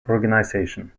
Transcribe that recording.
organization